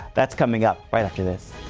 that's coming up right after this.